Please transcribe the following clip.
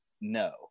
no